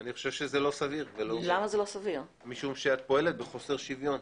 אני חושב שזה לא סביר, כי את פועלת בחוסר שוויון.